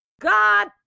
God